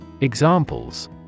Examples